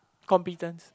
competence